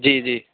جی جی